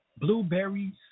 blueberries